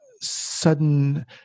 sudden